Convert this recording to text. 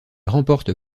remporte